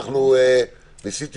אנחנו נחזור